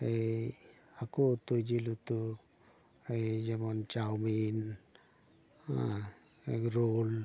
ᱮᱭ ᱦᱟᱹᱠᱩ ᱩᱛᱩ ᱡᱤᱞ ᱩᱛᱩ ᱮᱭ ᱡᱮᱢᱚᱱ ᱪᱟᱣᱢᱤᱱ ᱮᱜᱽᱨᱳᱞ